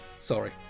Sorry